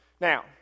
Now